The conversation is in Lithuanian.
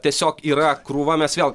tiesiog yra krūva nes vėl